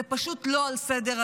זה פשוט לא על סדר-היום.